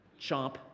Chomp